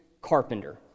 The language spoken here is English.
carpenter